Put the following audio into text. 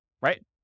Right